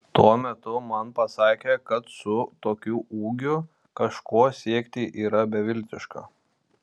tuo metu man pasakė kad su tokiu ūgiu kažko siekti yra beviltiška